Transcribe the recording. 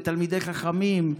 בתלמידי חכמים,